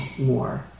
more